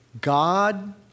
God